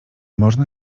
można